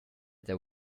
there